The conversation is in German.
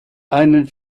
einen